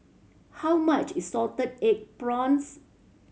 how much is salted egg prawns